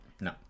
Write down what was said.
no